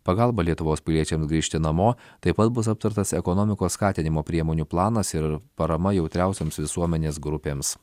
pagalbą lietuvos piliečiams grįžti namo taip pat bus aptartas ekonomikos skatinimo priemonių planas ir parama jautriausioms visuomenės grupėms